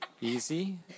Easy